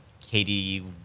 Katie